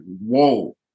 whoa